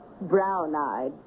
Brown-eyed